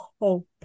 hope